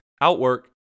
outwork